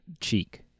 cheek